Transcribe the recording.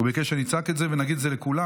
הוא ביקש שאני אצעק את זה ונגיד את זה לכולם,